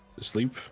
sleep